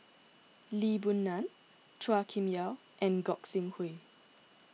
Lee Boon Ngan Chua Kim Yeow and Gog Sing Hooi